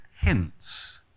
hints